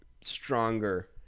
stronger